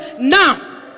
now